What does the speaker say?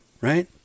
right